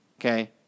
Okay